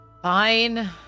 fine